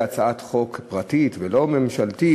והיא הצעת חוק פרטית ולא ממשלתית,